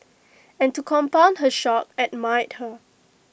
and to compound her shock admired her